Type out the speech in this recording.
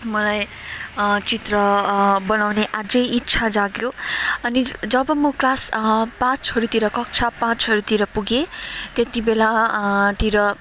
मलाई चित्र बनाउने अझै इच्छा जाग्यो अनि जब म क्लास पाँचहरूतिर कक्षा पाँचहरूतिर पुगेँ त्यति बेला तिर